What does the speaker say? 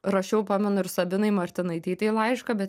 ruošiau pamenu ir sabinai martinaitytei laišką bet